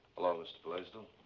hello, mr. blaisdell.